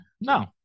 no